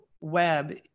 web